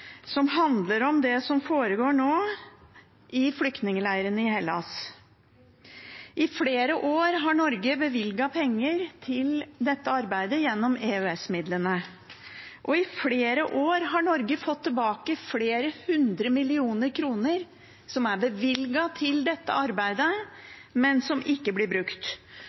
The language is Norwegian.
som handler om det som foregår nå i flyktningleirene i Hellas. I flere år har Norge bevilget penger til dette arbeidet gjennom EØS-midlene, og i flere år har Norge fått tilbake flere hundre millioner kroner som er bevilget til dette arbeidet, men som ikke er blitt brukt.